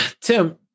tim